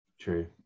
True